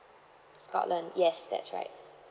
scotland yes that's right